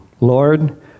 Lord